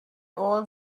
all